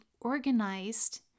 organized